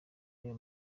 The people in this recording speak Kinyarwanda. real